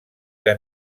que